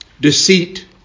Deceit